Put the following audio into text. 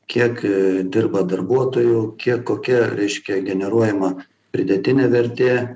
kiek dirba darbuotojų kiek kokia reiškia generuojama pridėtinė vertė